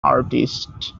artist